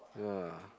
ya